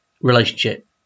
relationship